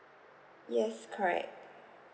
yes correct